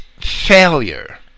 failure